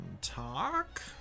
Talk